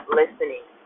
listening